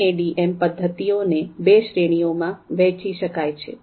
MADM પદ્ધતિઓને બે શ્રેણીઓમાં વહેંચી શકાય છે